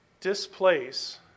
displace